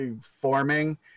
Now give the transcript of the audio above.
forming